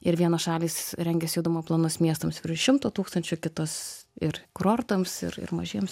ir vienos šalys rengiasi judumo planus miestams virš šimto tūkstančio kitos ir kurortams ir ir mažiems